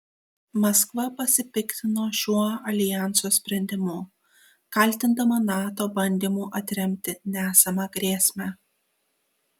maskva pasipiktino šiuo aljanso sprendimu kaltindama nato bandymu atremti nesamą grėsmę